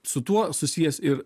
su tuo susijęs ir